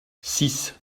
six